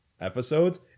episodes